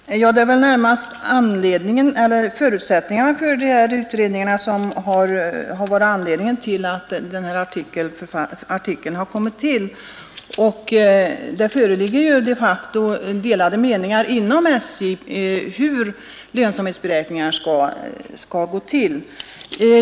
Herr talman! Det är väl närmast förutsättningarna för dessa utredningar som har varit anledningen till att denna tidningsartikel har tillkommit, och det föreligger ju de facto inom SJ delade meningar om hur lönsamhetsberäkningar skall göras.